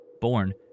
born